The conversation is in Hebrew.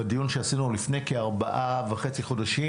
בדיון שעשינו לפני כארבעה וחצי חודשים